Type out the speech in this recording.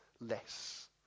less